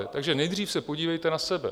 Takže nejdřív se podívejte na sebe.